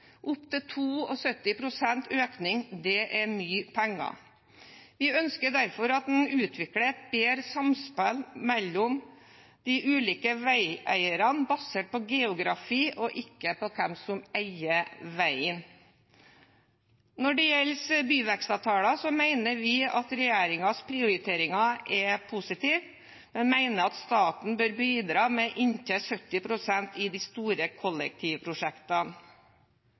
Opptil 72 pst. økning er mye penger. Vi ønsker derfor at en utvikler et bedre samspill mellom de ulike veieierne, basert på geografi og ikke på hvem som eier veien. Når det gjelder byvekstavtaler, mener vi at regjeringens prioriteringer er positive. Vi mener staten bør bidra med inntil 70 pst. i de store kollektivprosjektene.